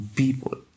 people